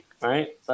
Right